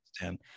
understand